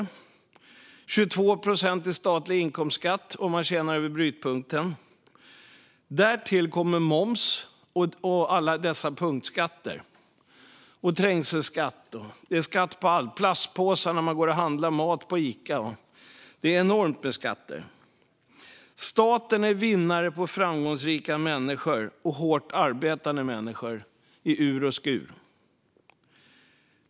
Man betalar 22 procent i statlig inkomstskatt om man tjänar över brytpunkten. Därtill kommer momsen och alla dessa punktskatter. Det är trängselskatter. Det är skatt på allt! Det är skatt på plastpåsar på Ica. Det är enormt med skatter! Staten är vinnare på framgångsrika människor och människor som arbetar hårt i ur och skur.